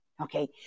Okay